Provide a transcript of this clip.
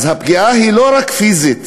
הפגיעה היא לא רק פיזית,